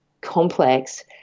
complex